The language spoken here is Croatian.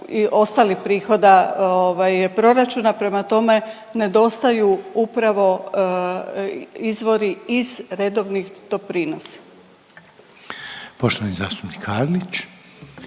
i ostalih prihoda proračuna, prema tome nedostaju upravo izvori iz redovnih doprinosa. **Reiner,